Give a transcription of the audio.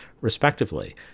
respectively